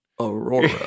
Aurora